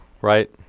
right